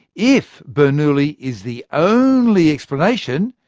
if bernoulli is the only explanation,